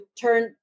turn